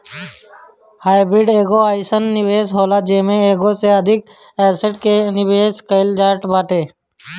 hybrid एगो अइसन निवेश हवे जेमे एगो से अधिक एसेट में निवेश कईल जात हवे